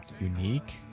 unique